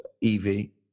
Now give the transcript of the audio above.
Evie